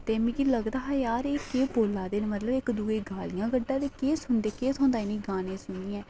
ते यार एह् केह् बाला दे नइक दूए ई गालियां कड्ढा दे केह् थ्होंदा इ'नेंई गालियां सुनियै